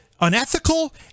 unethical